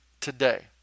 today